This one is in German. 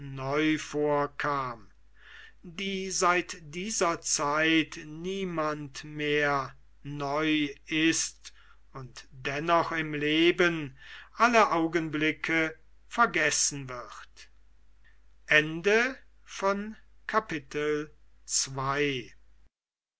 die seit dieser zeit niemanden mehr neu ist und dennoch im leben alle augenblicke vergessen wird